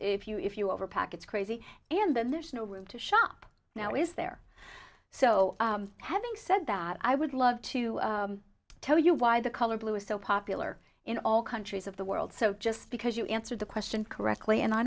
bring if you overpack it's crazy and there's no room to shop now is there so having said that i would love to tell you why the color blue is so popular in all countries of the world so just because you answer the question correctly and i